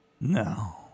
No